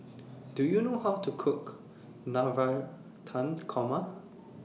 Do YOU know How to Cook Navratan Korma